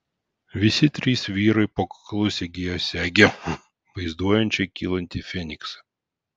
visi trys vyrai po kaklu segėjo segę vaizduojančią kylantį feniksą